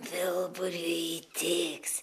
vilburiui tiks